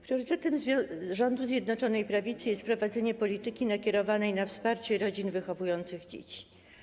Priorytetem rządu Zjednoczonej Prawicy jest prowadzenie polityki nakierowanej na wsparcie rodzin wychowujących dzieci.